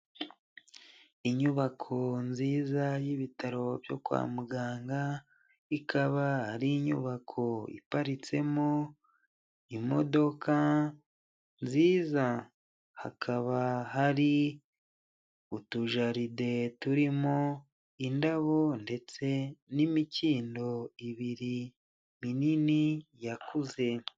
Inyubako nziza y'ibitaro byo kwa muganga ikaba ari inyubako iparitsemo imodoka nziza, hakaba hari utujaride turimo indabo ndetse n'imikindo ibiri minini yakuze.